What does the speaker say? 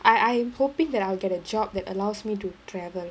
I I am hoping that I will get a job that allows me to travel